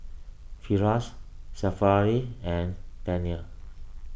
Firash Syafiqah and Daniel